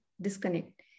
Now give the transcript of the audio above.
disconnect